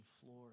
floor